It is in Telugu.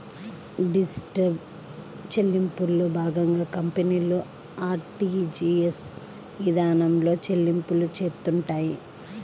డిజిటల్ చెల్లింపుల్లో భాగంగా కంపెనీలు ఆర్టీజీయస్ ఇదానంలో చెల్లింపులు చేత్తుంటాయి